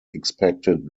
expected